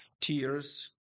tears